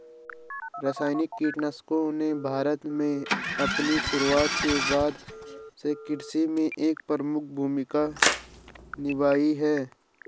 रासायनिक कीटनाशकों ने भारत में अपनी शुरूआत के बाद से कृषि में एक प्रमुख भूमिका निभाई है